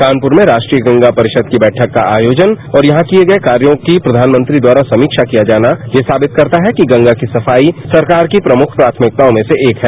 कानपुर में राष्ट्रीय गंगा परिषद की बैठक का आयोजन और यहां किये गए कार्यो की प्रधानमंत्री द्वारा समीक्षा किया जाना यह साबित करता है कि गंगा की सफाई सरकार की प्रमुख प्राथमिकताओं में से एक है